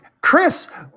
Chris